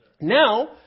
Now